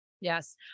Yes